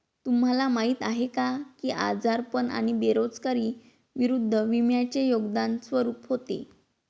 तुम्हाला माहीत आहे का की आजारपण आणि बेरोजगारी विरुद्ध विम्याचे योगदान स्वरूप होते?